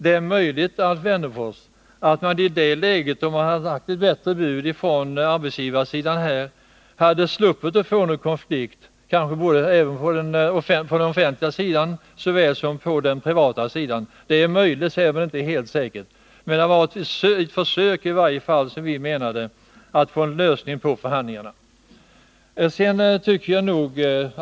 Det är möjligt, Alf Wennerfors, att man om man i denna situation hade lagt fram ett bättre bud från arbetsgivarsidan hade sluppit konflikt på den offentliga sidan, liksom man slapp konflikt på den privata sidan. Det är möjligt men inte helt säkert att det hade blivit så. Det hade i varje fall varit ett försök att få till stånd en lösning i förhandlingarna.